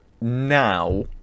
now